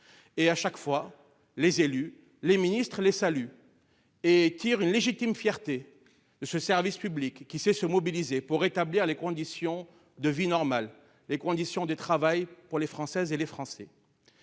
À chaque fois, les élus et les ministres saluent ces agents et tirent une légitime fierté de ce service public qui sait se mobiliser pour rétablir des conditions de vie et de travail normales pour les Françaises et les Français.